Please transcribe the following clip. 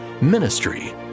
Ministry